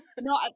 No